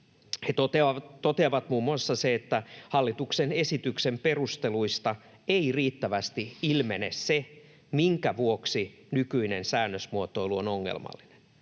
He toteavat muun muassa, että hallituksen esityksen perusteluista ei riittävästi ilmene se, minkä vuoksi nykyinen säännösmuotoilu on ongelmallinen.